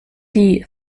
die